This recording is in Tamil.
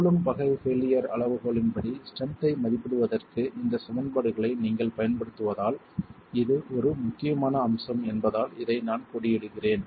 கூலோம்ப் வகை பெய்லியர் அளவுகோலின்படி ஸ்ட்ரென்த் ஐ மதிப்பிடுவதற்கு இந்த சமன்பாடுகளை நீங்கள் பயன்படுத்துவதால் இது ஒரு முக்கியமான அம்சம் என்பதால் இதை நான் கொடியிடுகிறேன்